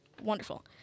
wonderful